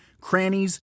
crannies